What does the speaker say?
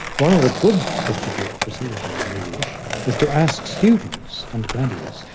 one of the good bits of bureaucracy which is new-ish is to ask students, undergraduates,